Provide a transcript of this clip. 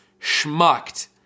schmucked